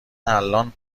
الان